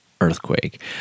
earthquake